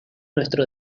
nuestro